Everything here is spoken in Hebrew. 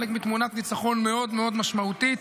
חלק מתמונת ניצחון מאד מאוד משמעותית.